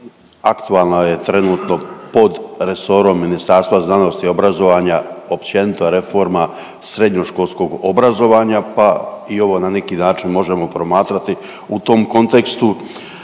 aktualna je trenutno pod resorom Ministarstva znanosti i obrazovanja općenito reforma srednjoškolskog obrazovanja, pa i ovo na neki način možemo promatrati u tom kontekstu.